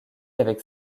avec